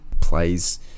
plays